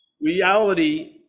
reality